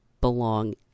belong